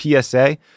PSA